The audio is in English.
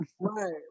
Right